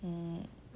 um